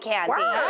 Candy